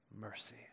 mercy